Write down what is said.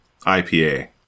IPA